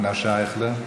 מנשה אייכלר,